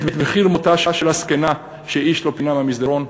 את מחיר מותה של הזקנה שאיש לא פינה מהמסדרון,